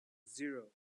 zero